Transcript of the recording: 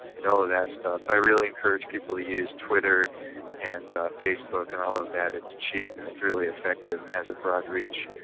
and all of that stuff. i really encourage people to use twitter and facebook and all of that. it's cheap and it's really effective and has a broad reach.